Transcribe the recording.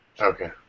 Okay